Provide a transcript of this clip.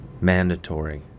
Mandatory